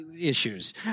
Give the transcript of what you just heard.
issues